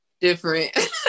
Different